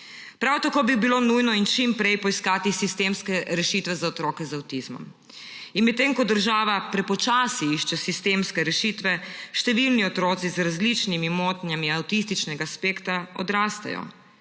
Prav tako bi bilo nujno in čim prej poiskati sistemske rešitve za otroke z avtizmom. Medtem ko država prepočasi išče sistemske rešitve, številni otroci z različnimi motnjami avtističnega spektra odrastejo.